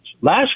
Last